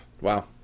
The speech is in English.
wow